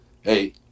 Hey